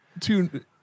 two